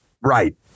right